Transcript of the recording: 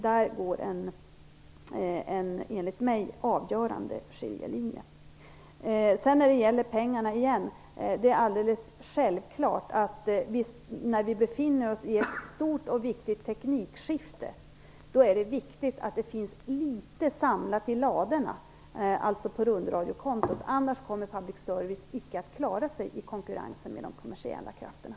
Där går en enligt mig avgörande skiljelinje. Det är alldeles självklart att det är viktigt att det finns litet pengar samlade i ladorna, alltså på rundradiokontot, när vi befinner oss i ett stort och viktigt teknikskifte. Annars kommer public service inte att klara sig i konkurrensen med de kommersiella krafterna.